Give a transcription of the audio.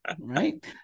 right